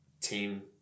team